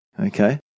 Okay